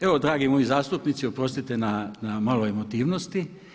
Evo dragi moji zastupnici oprostite na malo emotivnosti.